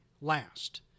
last